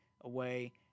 away